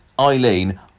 Eileen